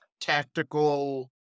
tactical